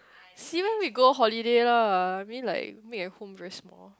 see when we go holiday lah I mean like make at home very small